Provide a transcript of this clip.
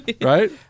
Right